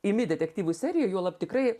imi detektyvų seriją juolab tikrai